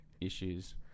issues